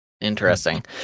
Interesting